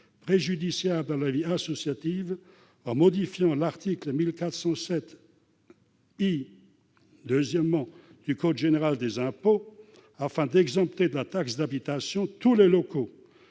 préjudiciable à la vie associative en modifiant le 2° du I de l'article 1407 du code général des impôts afin d'exempter de la taxe d'habitation tous les locaux